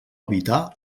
evitar